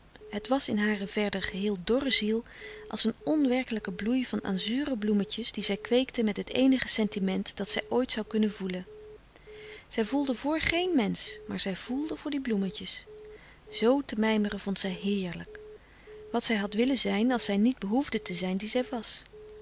het was in hare verder geheel dorre ziel als een onwerkelijke bloei van azuren bloemetjes die zij kweekte met het eenige sentiment dat zij ooit zoû kunnen voelen zij voelde voor geen mensch maar zij voelde voor die bloemetjes zoo te mijmeren vond zij heerlijk wat zij had willen zijn als zij niet behoefde te zijn die zij was